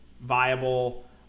Viable